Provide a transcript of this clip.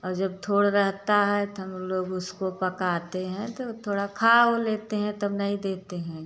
और जब थोड़ा रहता है तो हम लोग उसको पकाते हैं तो वो थोड़ा खा ओ लेते हैं तब नहीं देते हैं